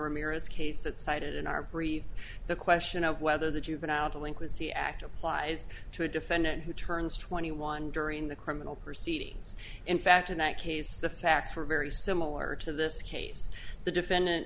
ramirez case that cited in our brief the question of whether the juvenile delinquency act applies to a defendant who turns twenty one during the criminal proceedings in fact in that case the facts were very similar to this case the defendant